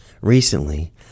Recently